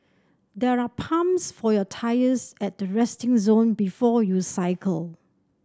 there are pumps for your tyres at the resting zone before you cycle